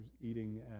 Eating